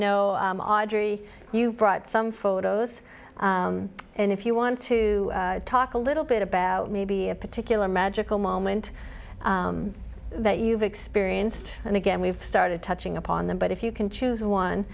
know i'm audrey you brought some photos and if you want to talk a little bit about maybe a particular magical moment that you've experienced and again we've started touching upon them but if you can choose one